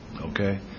Okay